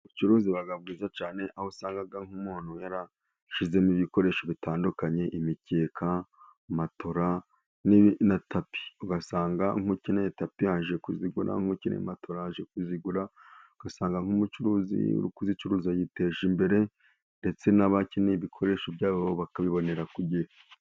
Ubucuruzi buba bwiza cyane, aho usanga nk'umuntu yarashyizemo ibikoresho bitandukanye, imikeka, matora, na tapi, ugasanga nk'ukeneye tapi yaje kuzigura, nk'ukeye matora yaje kuzigura, ugasanga nk'umucuruzi uri kuzicuruza yiteje imbere, ndetse n'abakeneye ibikoresho byabo bakabibonera ku gihe.